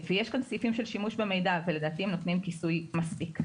יש כאן סעיפים של שימוש במידע ולדעתי הם נותנים כיסוי מספיק.